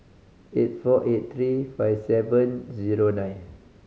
eight four eight three five seven zero nine